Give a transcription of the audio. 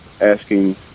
asking